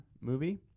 movie